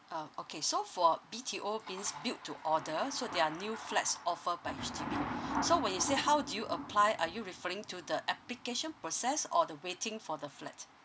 um okay so for B_T_O means build to order so they are new flats offer by H_D_B so when you say how do you apply are you referring to the application process or the waiting for the flat